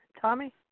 Tommy